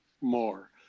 more